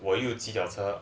我又骑脚车